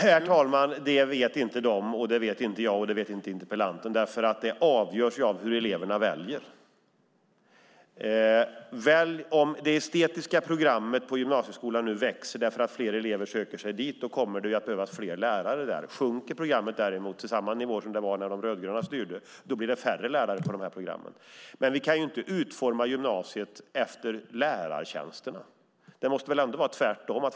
Herr talman! Det vet inte jag. Det vet inte de. Det vet inte interpellanten. Det avgörs ju av hur eleverna väljer. Om det estetiska programmet på gymnasieskolan växer för att fler elever söker sig dit kommer det att behövas fler lärare där. Om antalet elever på programmet sjunker till samma nivå som när de rödgröna styrde behövs färre lärare. Vi kan inte utforma gymnasiet efter lärartjänsterna. Det måste väl ändå vara tvärtom.